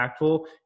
impactful